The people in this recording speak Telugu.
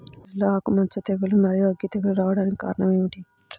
వరిలో ఆకుమచ్చ తెగులు, మరియు అగ్గి తెగులు రావడానికి కారణం ఏమిటి?